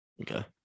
Okay